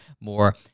more